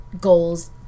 goals